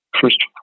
first